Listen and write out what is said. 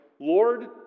Lord